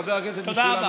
חבר הכנסת משולם נהרי,